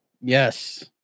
Yes